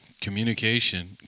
communication